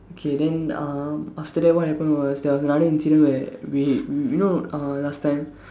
okay then uh after that what happened was there was another incident where we we you know uh last time